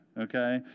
okay